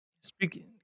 Speaking